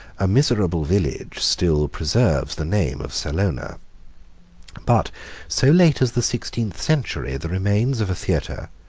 a miserable village still preserves the name of salona but so late as the sixteenth century, the remains of a theatre,